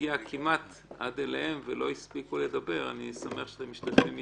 הגענו כמעט עד אליהם והם לא הספיקו לדבר - אני שמח שאתם משתתפים אתנו.